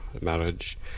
marriage